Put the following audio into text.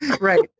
Right